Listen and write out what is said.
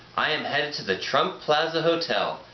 i am heading to the trump plaza hotel.